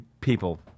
People